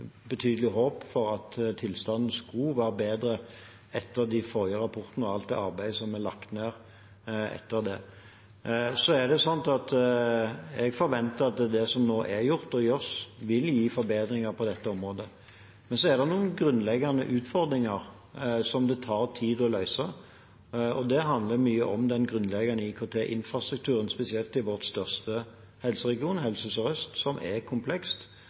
forrige rapportene og alt det arbeidet som er lagt ned etter det. Jeg forventer at det som er gjort og gjøres, vil gi forbedringer på dette området, men så er det noen grunnleggende utfordringer som det tar tid å løse. Det handler mye om den grunnleggende IKT-infrastrukturen, spesielt i vår største helseregion Helse Sør-Øst, som er